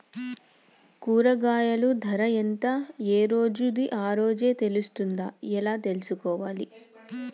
కూరగాయలు ధర ఎంత ఏ రోజుది ఆ రోజే తెలుస్తదా ఎలా తెలుసుకోవాలి?